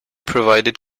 provided